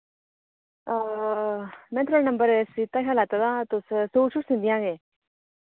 में थोआढ़ा नंबर सरिस्ता शा लैते दा हा तुस सूट सूट सींदियां केह्